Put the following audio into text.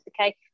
okay